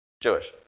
Jewish